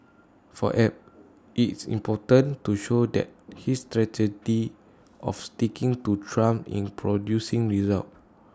for Abe IT is important to show that his strategy of sticking to Trump in producing results